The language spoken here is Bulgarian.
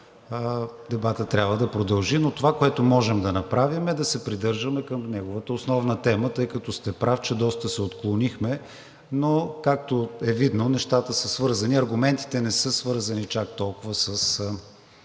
Дебатът трябва да продължи. Но това, което можем да направим, е да се придържаме към неговата основна тема, тъй като сте прав, че доста се отклонихме, но както е видно, нещата са свързани – аргументите не са свързани чак толкова с